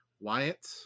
wyatt